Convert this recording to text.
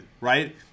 right